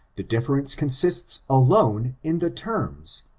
the difference consists alone in the terfns,